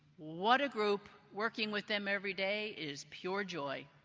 what a group. working with them every day is pure joy.